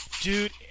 Dude